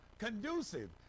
Conducive